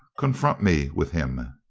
confront me with him.